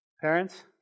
Parents